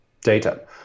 data